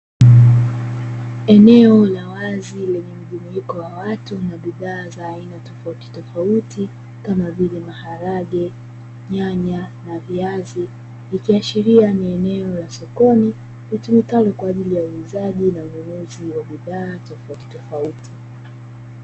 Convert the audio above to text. Eneo la wazi lenye mkusanyiko wa watu na bidhaa tofautitofauti kama vile: maharage, nyanya na viazi vikiashiria ni eneo la sokoni kwa ajili ya uuzaji na ununuzi wa bidhaa tofautitofauti.